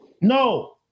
No